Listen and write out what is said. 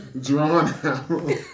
Drawn